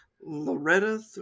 Loretta